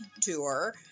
tour